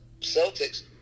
Celtics